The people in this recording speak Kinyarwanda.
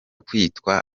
kwitwa